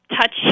touch